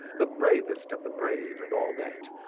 the bravest of the brave and all that,